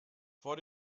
vor